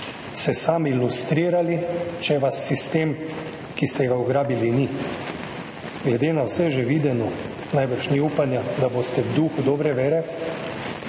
se sami lustrirali, če vas sistem, ki ste ga ugrabili, ni. Glede na vse že videno najbrž ni upanja, da boste v duhu dobre vere,